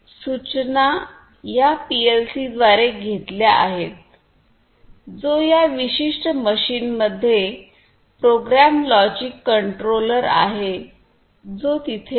सूचना या पीएलसीद्वारे घेतल्या आहेत जो या विशिष्ट मशीनमध्ये प्रोग्राम लॉजिक कंट्रोलर आहे जो तिथे आहे